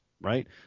right